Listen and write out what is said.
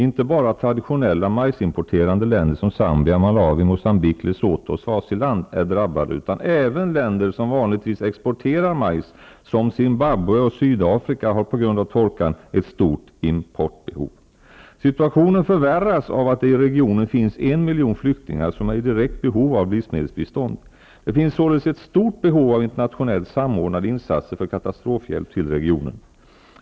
Inte bara traditionella majsimporterande länder som Zambia, Malawi, Moçambique, Lesotho och Swaziland är drabbade, utan även länder som vanligtvis exporterar majs, såsom Zimbabwe och Sydafrika, har på grund av torkan ett stort importbehov. Situationen förvärras av att det i regionen finns 1 miljon flyktingar som är i direkt behov av livsmedelsbistånd. Det finns såle des ett stort behov av internationellt samordnade insatser för katastrofhjälp till regionen.